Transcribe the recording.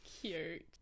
cute